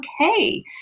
okay